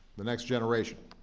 the next generation.